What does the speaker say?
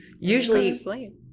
Usually